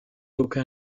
aucun